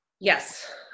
Yes